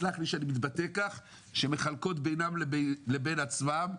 סלח לי שאני מתבטא כך שמחלקות בינן לבין עצמן.